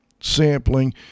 sampling